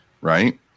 right